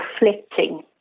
reflecting